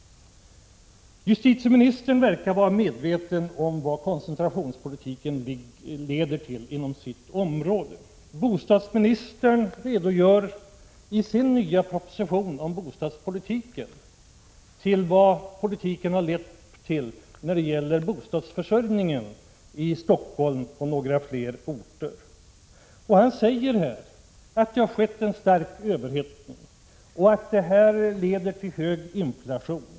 Justitieministern för sin del verkar vara medveten om vad koncentrationspolitiken leder till inom sitt område. Bostadsministern redogör i sin nya proposition om bostadspolitiken för vad politiken har lett till vad gäller bostadsförsörjningen i Stockholm och på några ytterligare orter. Han säger att det har skett en stark överhettning och att detta leder till hög inflation.